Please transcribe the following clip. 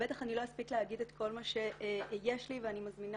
בטח אני לא אספיק להגיד את כל מה שיש לי ואני מזמינה